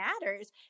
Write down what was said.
matters